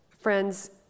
Friends